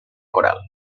coral